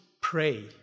pray